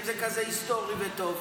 אם זה כזה היסטורי וטוב?